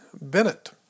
Bennett